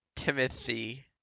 Timothy